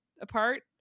apart